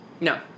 No